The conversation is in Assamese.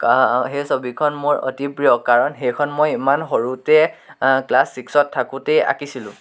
সেই ছবিখন মোৰ অতি প্ৰিয় ক্লাছ ছিক্সত থাকোঁতেই আকিছিলোঁ